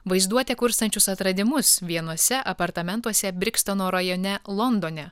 vaizduotę kurstančius atradimus vienuose apartamentuose brikstono rajone londone